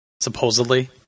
supposedly